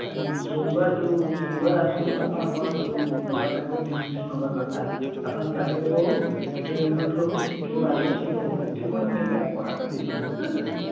ଆଜ୍ଞା ସୋମବାର ଯେଉଁ ସୋମବାର ଆସନ୍ତୁ ଆପଣଙ୍କର ଯେଉଁ ନେବା କଥା ଯେଉଁ ତିନି ପିସ୍ ନେବା କଥା ଆପଣ ବ୍ଲାକ୍ବେରୀର ହେଉ ପୀଟର ଇଂଲଣ୍ଡର ହେଉ କିମ୍ବା ଆଲେନ୍ ସୋଲିର ହେଉ ଯେକୌଣସି ନେବେ ଆପଣ ଆସି ନେଇପାରନ୍ତି ବୁଝିପାରୁଛନ୍ତି ନା